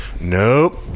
nope